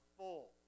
full